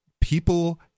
People